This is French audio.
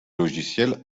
logiciel